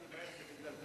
ההצעה להעביר את